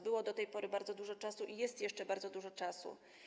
Było do tej pory bardzo dużo czasu i jest jeszcze bardzo dużo czasu.